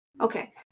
Okay